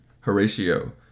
Horatio